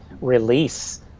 release